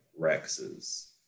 Rexes